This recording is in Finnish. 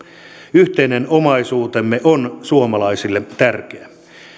yhteinen omaisuutemme on suomalaisille tärkeä